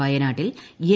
വയനാട്ടിൽ എൽ